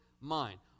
mind